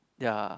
ya